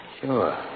Sure